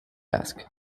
ask